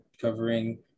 covering